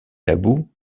tabous